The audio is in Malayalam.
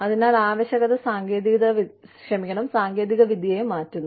അതിനാൽ ആവശ്യകത സാങ്കേതികവിദ്യയെ മാറ്റുന്നു